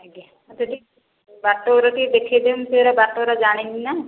ଆଜ୍ଞା ମୋତେ ଟିକେ ବାଟ ଗୁଡ଼ା ଟିକେ ଦେଖେଇ ଦିଅନ୍ତୁ ବାଟ ଗୁଡ଼ା ଜାଣିନି ନା